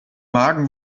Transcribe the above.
magen